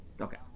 Okay